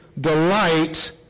delight